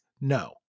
No